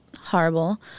horrible